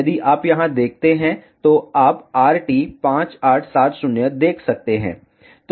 यदि आप यहां देखते हैं तो आप RT5870 देख सकते हैं